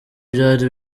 byari